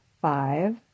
five